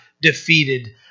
defeated